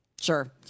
Sure